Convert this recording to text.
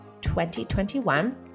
2021